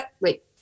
Wait